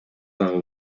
дагы